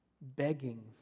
begging